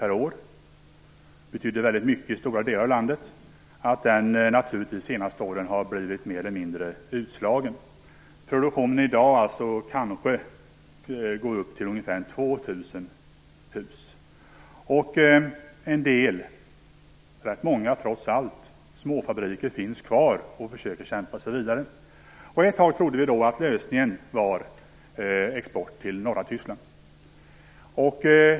Den betydde väldigt mycket för stora delar av landet. Under de senaste åren har den mer eller mindre slagits ut. I dag rör det sig kanske om export av ungefär 2 000 hus, men trots allt finns rätt många småfabriker kvar. Man försöker kämpa vidare. Ett tag trodde vi att lösningen för branschen var export till norra Tyskland.